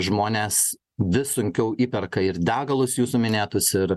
žmonės vis sunkiau įperka ir degalus jūsų minėtus ir